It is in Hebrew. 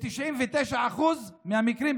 ב-99% מהמקרים,